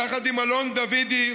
יחד עם אלון דוידי,